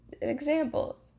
examples